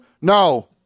No